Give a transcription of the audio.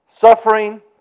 Suffering